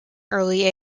early